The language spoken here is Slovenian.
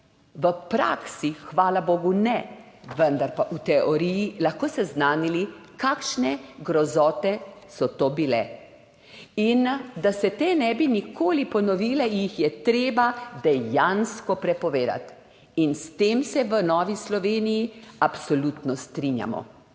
v praksi hvala bogu ne, vendar pa v teoriji lahko seznanili, kakšne grozote so to bile. In da se te ne bi nikoli ponovile, jih je treba dejansko prepovedati. In s tem se v Novi Sloveniji absolutno strinjamo.